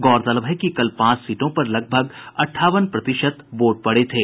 गौरतलब है कि कल पांचों सीटों पर लगभग अंठावन प्रतिशत वोट पड़े थे